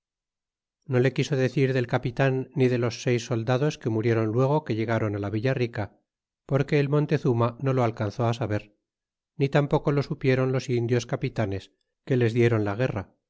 no le quiso decir del capitan ni de los seis soldados que murieron luego que ilegron la villa rica porque el montezuma no lo alcanzó saber ni tampoco lo supieron los indios capitanes que les dieron la guerra